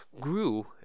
grew